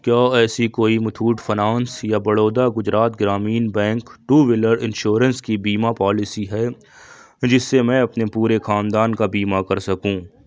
کیا ایسی کوئی متھوٹ فنانس یا Baroda Gujarat Gramin bank two wheeler insurance کی بیما پالیسی ہے جس سے میں اپنے پورے خاندان کا بیما کر سکوں